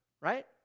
right